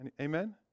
Amen